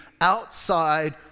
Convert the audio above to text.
outside